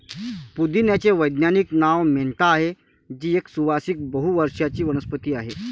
पुदिन्याचे वैज्ञानिक नाव मेंथा आहे, जी एक सुवासिक बहु वर्षाची वनस्पती आहे